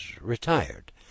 retired